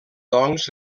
doncs